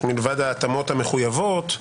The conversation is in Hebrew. מלבד ההתאמות המחויבות,